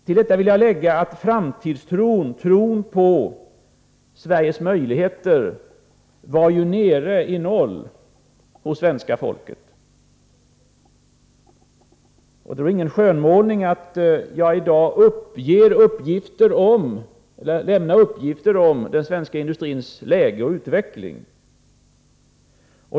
Till detta vill jag lägga att framtidstron och tron på Sveriges möjligheter var nere i noll hos svenska folket. Det är inte fråga om någon skönmålning när jagidag lämnar uppgifter om den svenska industrins läge och utveckling.